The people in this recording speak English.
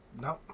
No